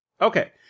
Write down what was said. Okay